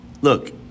Look